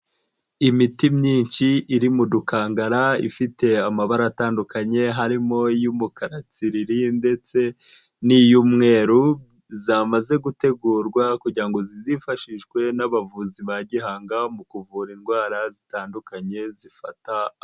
Imiti myinshi iri mu dukangara ifite amabara atandukanye, harimo iy'umukara tsiriri, ndetse n'iy'umweru zamaze gutegurwa kugira ngo zifashishwe n'abavuzi ba gihanga mu kuvura indwara zitandukanye.